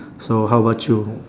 so how about you